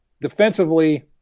Defensively